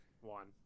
One